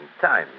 time